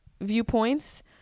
viewpoints